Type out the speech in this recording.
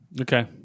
Okay